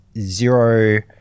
zero